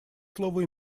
слово